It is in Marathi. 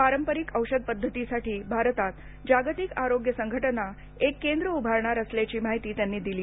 पारंपरिक औषध पद्धतीसाठी भारतात जागतिक आरोग्य संघटना एक केंद्र उभारणार असल्याची माहिती त्यांनी दिली